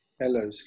Hello